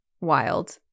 wild